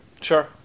Sure